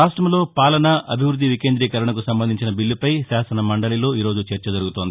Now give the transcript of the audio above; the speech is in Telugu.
రాష్ట్రంలో పాలనా అభివృద్ది వికేంద్రీకరణకు సంబంధించిన బీల్లుపై శాసన మండలిలో ఈరోజు చర్చ జరుగుతోంది